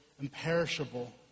imperishable